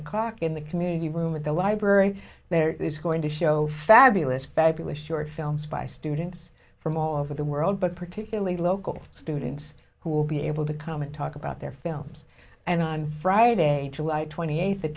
o'clock in the community room at the library they're going to show fabulous fabulous short films by students from all over the world but particularly local students who will be able to come and talk about their films and on friday july twenty eighth